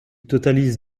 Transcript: totalise